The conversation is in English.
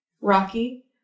rocky